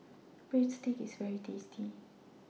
Breadsticks IS very tasty